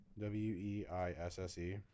W-E-I-S-S-E